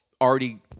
already